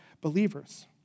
believers